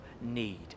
need